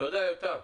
תודה יותם.